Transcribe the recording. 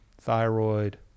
thyroid